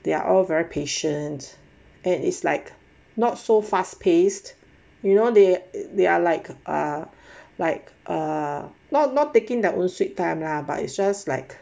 they're all very patient then is like not so fast paced you know they they are like ah like ah not taking their own sweet time lah but it's just like